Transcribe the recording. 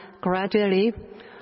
gradually